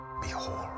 Behold